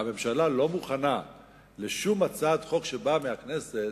והממשלה לא מוכנה לשום הצעת חוק שבאה מהכנסת.